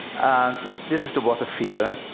and this is the water feeler,